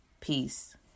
Peace